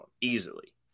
easily